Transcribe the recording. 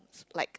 like